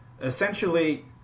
essentially